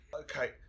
Okay